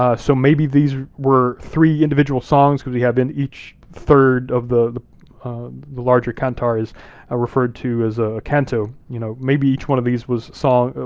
ah so maybe these were three individual songs, cause we have in each third of the the larger cantar is ah referred to as a canto, you know, maybe each one of these was song,